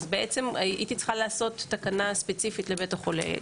בעצם, הייתי צריכה לעשות תקנה ספציפית לבית החולה.